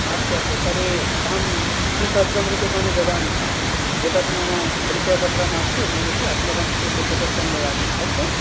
अस्तु अस्तु तर्हि अहं द्विसहस्रं रूप्यकाणि ददामि अहम् एतत् मम परिचयपत्रमस्ति नयतु अस्माकं कृते प्रकोष्ठं ददातु अस्तु